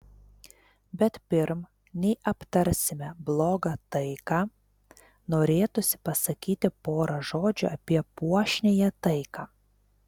bet pirm nei aptarsime blogą taiką norėtųsi pasakyti porą žodžių apie puošniąją taiką